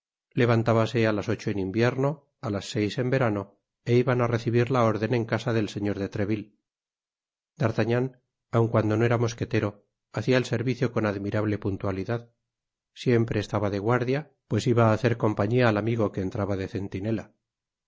levantábanse á las ocho en invierno á las seis en verano é iban á recibir la orden en casa del señor de treville d'artagnan aun cuando no era mosquetero hacia el servicio con admirable puntualidad siempre estaba de guardia pues iba á hacer compañia al amigo que entraba de centinela